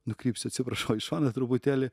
nukrypsiu atsiprašau į šoną truputėlį